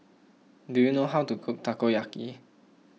do you know how to cook Takoyaki